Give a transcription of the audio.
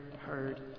heard